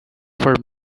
for